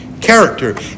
character